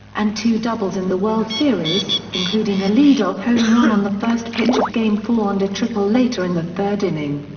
and two doubles in the world series, including a leadoff home run on the first pitch of game four and a triple later in the third inning.